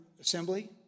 assembly